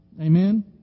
Amen